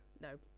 No